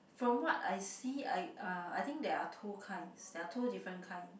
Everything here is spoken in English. from what I see I uh I think there are two kinds they are two different kind